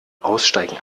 aussteigen